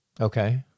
Okay